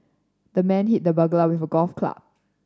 the man hit the burglar with a golf club